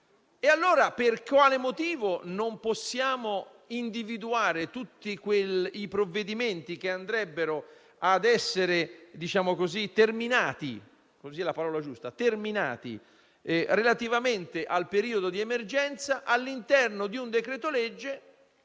E allora per quale motivo non possiamo individuare tutti i provvedimenti che andrebbero ad essere terminati relativamente al periodo di emergenza all'interno di un decreto-legge